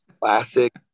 classic